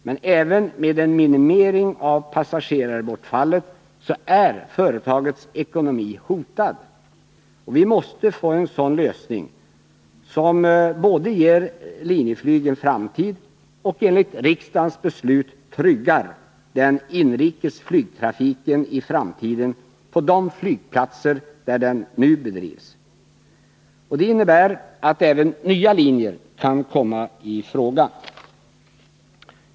Men även med en minimering av passagerarbortfallet är företagets ekonomi hotad. Vi måste få en sådan lösning som både ger Linjeflyg en framtid och enligt riksdagens beslut tryggar den inrikes flygtrafiken i framtiden på de flygplatser där den nu bedrivs. Det innebär att även nya linjer kan komma i fråga.